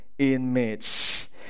image